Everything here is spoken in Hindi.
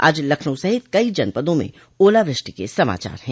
आज लखनऊ सहित कई जनपदों में ओलावृष्टि के समाचार हैं